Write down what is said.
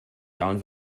down